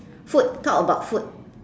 food talk about food